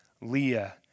Leah